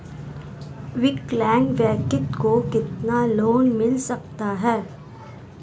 विकलांग व्यक्ति को कितना लोंन मिल सकता है?